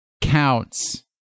counts